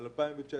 בנוגע ל-2019.